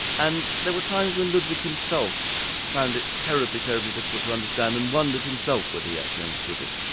and there were times when ludwig himself found it terribly, terribly difficult to understand and wondered himself whether he actually understood it.